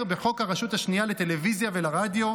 בחוק הרשות השנייה לטלוויזיה ולרדיו,